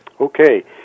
Okay